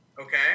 Okay